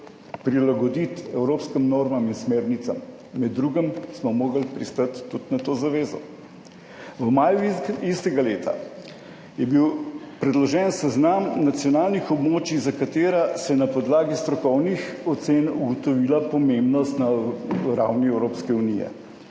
prilagoditi evropskim normam in smernicam, med drugim smo mogli pristati tudi na to zavezo. V maju istega leta, je bil predložen seznam nacionalnih območij, za katera se je na podlagi strokovnih ocen ugotovila pomembnost na ravni Evropske unije.